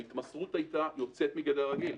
ההתמסרות הייתה יוצאת מגדר הרגיל.